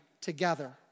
together